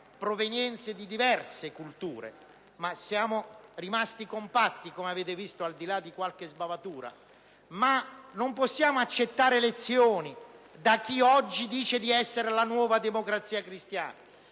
provenienze di diverse culture, ma siamo rimasti compatti, come avete visto, al di là di qualche sbavatura. Non possiamo accettare lezioni da chi oggi dice di essere la nuova Democrazia Cristiana.